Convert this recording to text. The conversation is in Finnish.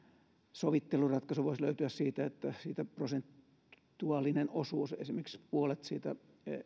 sovitteluratkaisu voisi löytyä niin että siitä prosentuaalinen osuus esimerkiksi puolet siitä